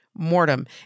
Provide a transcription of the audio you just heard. mortem